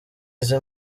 izi